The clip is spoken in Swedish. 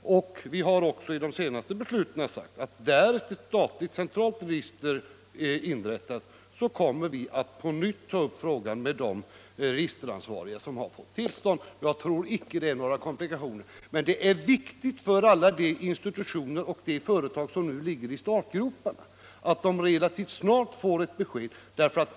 Vi har också i de senaste besluten sagt att därest ett statligt register inrättas kommer vi på nytt att ta upp frågan med de registeransvariga som har fått tillstånd. Jag tror icke att det blir några komplikationer. Men det är viktigt för alla de institutioner och företag som nu ligger i startgroparna att de relativt snart får ett besked.